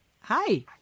Hi